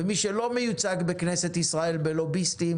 ומי שלא מיוצגים בכנסת ישראל בלוביסטים